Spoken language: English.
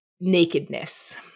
nakedness